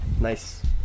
Nice